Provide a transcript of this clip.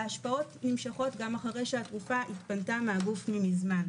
והשפעות נמשכות גם אחרי שהתרופה התפנתה מהגוף מזמן.